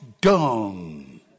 dumb